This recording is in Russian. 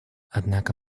однако